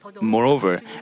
Moreover